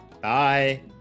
Bye